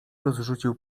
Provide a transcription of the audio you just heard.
rozrzucił